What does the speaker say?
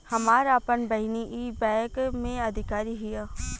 हमार आपन बहिनीई बैक में अधिकारी हिअ